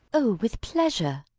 oh, with pleasure.